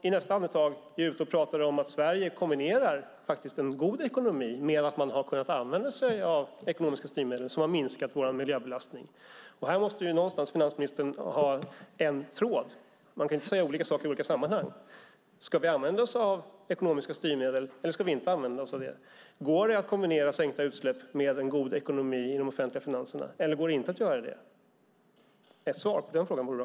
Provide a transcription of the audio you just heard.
I nästa andetag är de ute och pratar om att Sverige kombinerar en god ekonomi med att använda ekonomiska styrmedel, som har minskat vår miljöbelastning. Här måste finansministern ha en tråd. Man kan inte säga olika saker i olika sammanhang. Ska vi använda oss av ekonomiska styrmedel, eller ska vi inte använda oss av sådana? Går det att kombinera minskade utsläpp med en god ekonomi i de offentliga finanserna, eller går det inte att göra det? Ett svar på den frågan vore bra.